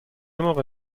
موقع